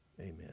Amen